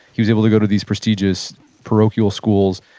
he was able to go to these prestigious parochial schools,